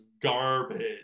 garbage